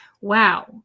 Wow